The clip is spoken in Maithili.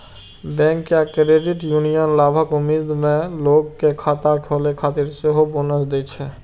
बैंक या क्रेडिट यूनियन लाभक उम्मीद मे लोग कें खाता खोलै खातिर सेहो बोनस दै छै